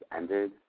ended